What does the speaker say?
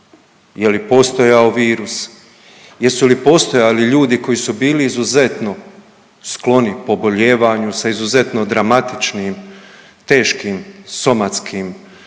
je li postojao virus, jesu li postojali ljudi koji su bili izuzetno skloni pobolijevanju sa izuzetno dramatičnim teškim somatskim